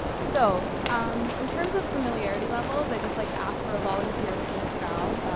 so, um, in terms of familiarity levels, i'd just like to ask for a volunteer within the crowd.